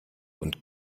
und